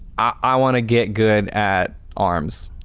i want to get good at arms